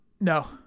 No